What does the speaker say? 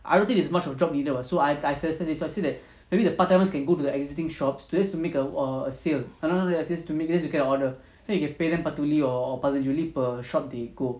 I don't think there's much of job needed [what] so I I can foresee that maybe the part timers can go to the existing shops so just to make a err a sale oh no no to make this you can order then you can pay them பத்து:paththu or பதினைஞ்சி:pathinanji per shop they go